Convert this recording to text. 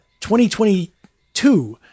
2022